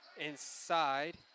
inside